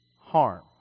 harm